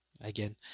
again